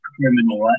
Criminal